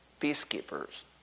peacekeepers